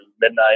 midnight